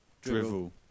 drivel